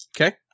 Okay